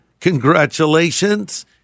congratulations